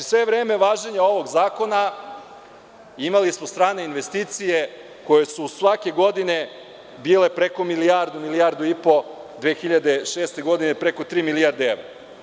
Sve vreme važenja ovog zakona imali smo strane investicije koje su svake godine bile preko milijardu, milijardu i po, 2006. godine preko tri milijarde evra.